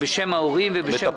זה בשם ההורים ובשם כולם.